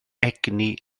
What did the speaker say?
egni